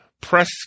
press